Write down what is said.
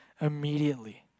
immediately